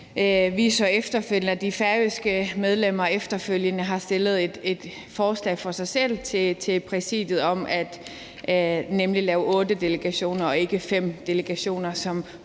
de færøske medlemmer så efterfølgende har stillet et forslag for sig selv til Præsidiet om at lave otte delegationer og ikke fem delegationer,